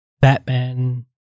Batman